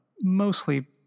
mostly